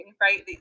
right